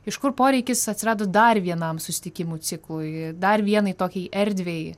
iš kur poreikis atsirado dar vienam susitikimų ciklui dar vienai tokiai erdvei